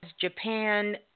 Japan